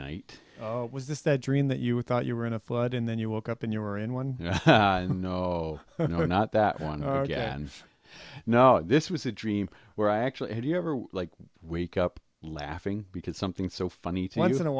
night was this that dream that you would thought you were in a flood and then you woke up and you were in one and no no no not that one or again no this was a dream where i actually had you ever like wake up laughing because something so funny to you in a